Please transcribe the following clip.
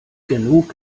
genug